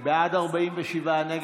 הצבעה.